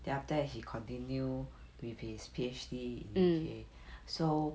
then after that he continue with his P_H_D in U_K so